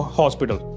hospital